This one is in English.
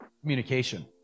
communication